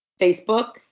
facebook